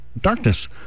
darkness